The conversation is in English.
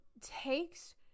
takes